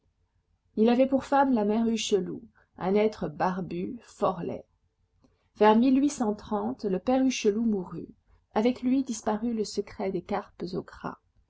il avait pour femme la mère hucheloup un être barbu fort laid vers le père hucheloup mourut avec lui disparut le secret des carpes au gras